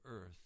earth